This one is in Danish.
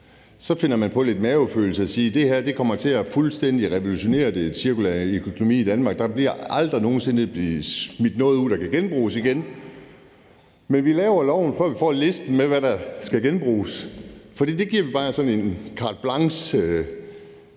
Så føler man lidt efter i maven og siger: Det her kommer til at fuldstændig revolutionere den cirkulære økonomi i Danmark; der bliver aldrig nogensinde smidt noget ud, der kan genbruges. Men vi laver loven, før vi får listen over, hvad der skal genbruges. Vi giver bare sådan en carte blanche til